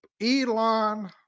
elon